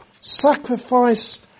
sacrifice